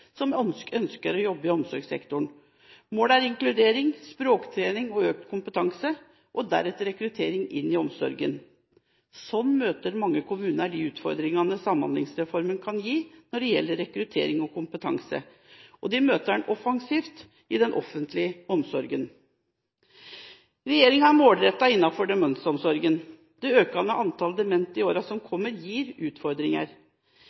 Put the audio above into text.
grupper som ønsker å jobbe i omsorgssektoren. Målet er inkludering, språktrening og økt kompetanse, og deretter rekruttering inn i omsorgen. Slik møter mange kommuner de utfordringene Samhandlingsreformen kan gi når det gjelder rekruttering og kompetanse, og de møter den offensivt i den offentlige omsorgen. Regjeringen er målrettet innen demensomsorgen. Det økende antallet demente i årene som